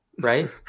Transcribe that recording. Right